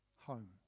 home